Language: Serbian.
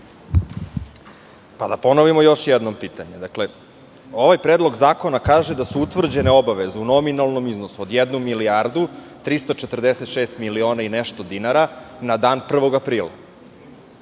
da ponovimo još jednom pitanje. Dakle, ovaj Predlog zakona kaže da su utvrđene obaveze u nominalnom iznosu od jednu milijardu 346 miliona i nešto dinara na dan 1. aprila